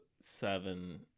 seven